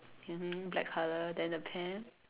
mmhmm black color then the pants